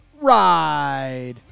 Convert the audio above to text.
ride